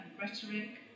rhetoric